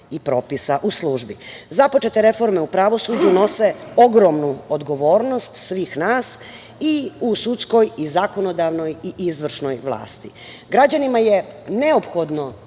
i propisa u službi. Započete reforme u pravosuđu nose ogromnu odgovornost svih nas i u sudskoj i zakonodavnoj i izvršnoj vlasti. Građanima je neophodno